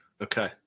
Okay